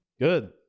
Good